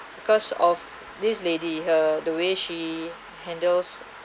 because of this lady her the way she handles